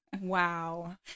Wow